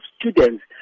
students